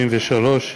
163),